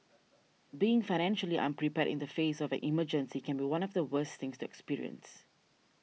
being financially unprepared in the face of an emergency can be one of the worst things to experience